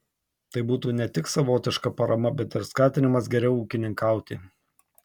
tai būtų ne tik savotiška parama bet ir skatinimas geriau ūkininkauti